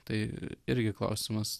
tai irgi klausimas